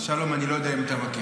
שלום, אני לא יודע אם אתה מכיר.